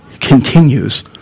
continues